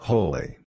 Holy